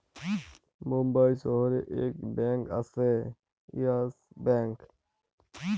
বোম্বাই শহরে ইক ব্যাঙ্ক আসে ইয়েস ব্যাঙ্ক